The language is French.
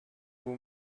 vos